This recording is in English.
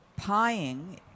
pieing